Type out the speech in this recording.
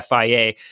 FIA